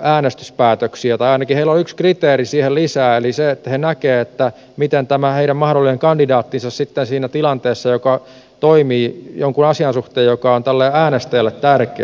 äänestyspäätöksiä tai ainakin heillä on yksi kriteeri siihen lisää eli se että he näkevät miten tämä heidän mahdollinen kandidaattinsa sitten siinä tilanteessa toimii jonkun asian suhteen joka on tälle äänestäjälle tärkeä